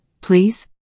please